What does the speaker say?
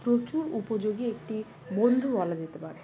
প্রচুর উপযোগী একটি বন্ধু বলা যেতে পারে